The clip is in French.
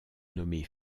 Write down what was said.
nommé